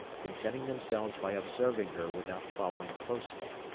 contenting themselves by observing her without following closely.